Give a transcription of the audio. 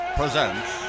presents